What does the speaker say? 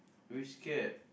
we scared